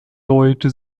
leute